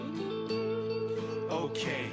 okay